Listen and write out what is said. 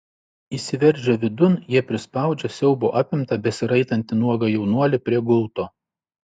įsiveržę vidun jie prispaudžia siaubo apimtą besiraitantį nuogą jaunuolį prie gulto